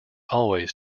always